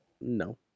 No